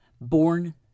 Born